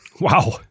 Wow